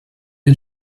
den